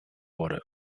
wurde